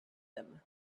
them